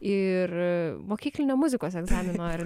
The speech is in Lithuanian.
ir mokyklinio muzikos egzamino ar